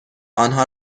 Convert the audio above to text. آنها